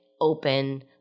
open